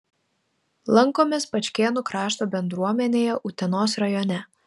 lankomės pačkėnų krašto bendruomenėje utenos rajone